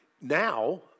now